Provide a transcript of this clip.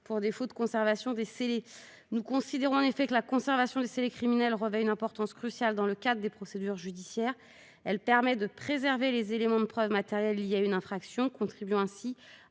pour défaut de conservation des scellés. En effet, nous considérons que la conservation des scellés criminels revêt une importance cruciale dans le cadre des procédures judiciaires. Elle permet de préserver les éléments de preuve matérielle liés à une infraction, contribuant ainsi